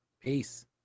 Peace